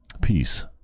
Peace